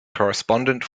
correspondent